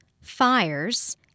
fires